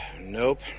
Nope